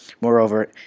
Moreover